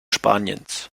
spaniens